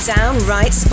Downright